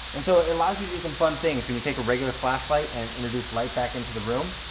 and so it allows you to do some fun things. when you take a regular flashlight and introduce light back into the room.